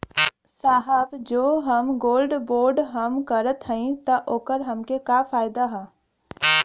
साहब जो हम गोल्ड बोंड हम करत हई त ओकर हमके का फायदा ह?